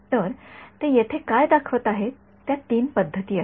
तर ते येथे काय दाखवत आहेत त्या तीन पद्धती आहेत